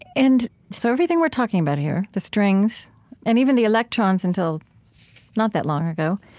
and so everything we're talking about here, the strings and even the electrons until not that long ago,